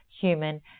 human